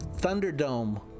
Thunderdome